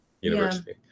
university